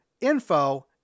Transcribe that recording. info